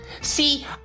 see